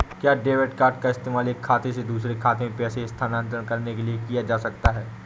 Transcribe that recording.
क्या debit card का इस्तेमाल एक खाते से दूसरे खाते में पैसे स्थानांतरण करने के लिए किया जा सकता है?